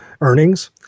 earnings